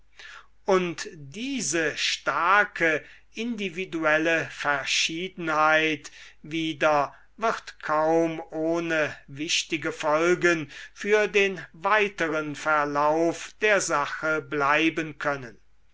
und diese starke individuelle verschiedenheit wieder wird kaum ohne wichtige folgen für den weiteren verlauf der sache bleiben können